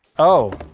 oh,